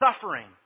suffering